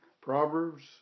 Proverbs